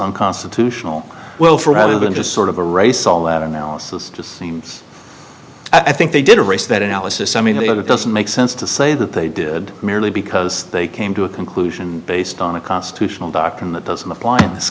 unconstitutional well for rather than just sort of a race all that analysis just seems i think they did race that analysis i mean that it doesn't make sense to say that they did merely because they came to a conclusion based on a constitutional dock and that doesn't apply in this